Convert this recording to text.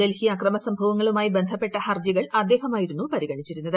ഡൽഹി അക്രമ സംഭവങ്ങളുമായി ബന്ധപ്പെട്ട ഹർജികൾ അദ്ദേഹമായിരുന്നു പരിഗണിച്ചിരുന്നത്